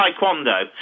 Taekwondo